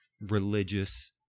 religious